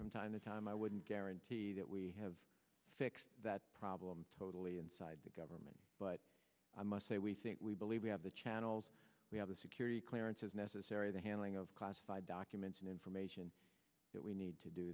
from time to time i wouldn't guarantee that we have fixed that problem totally inside the government but i must say we think we believe we have the channels we have the security clearances necessary the handling of classified documents and information that we need to do